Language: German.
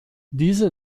diese